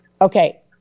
Okay